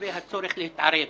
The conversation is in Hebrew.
לגבי הצורך להתערב.